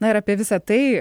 na ir apie visa tai